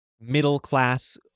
middle-class